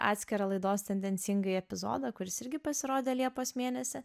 atskirą laidos tendencingai epizodą kuris irgi pasirodė liepos mėnesį